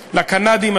לקנדים,